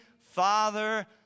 Father